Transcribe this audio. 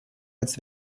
als